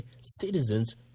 citizens